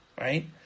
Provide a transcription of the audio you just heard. right